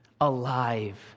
alive